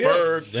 Berg